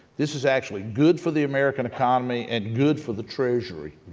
this is actually good for the american economy and good for the treasury,